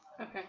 Okay